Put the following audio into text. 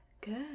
good